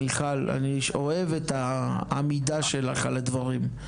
מיכל אני אוהב את העמידה שלך על הדברים,